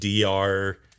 DR